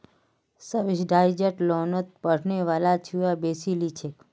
subsidised लोनोत पढ़ने वाला छुआ बेसी लिछेक